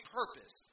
purpose